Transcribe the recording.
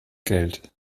geld